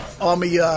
army